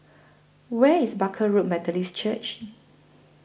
Where IS Barker Road Methodist Church